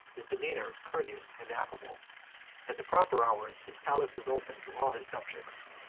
his demeanor courteous and affable at the proper hours his palace was open to all his subjects,